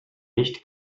nicht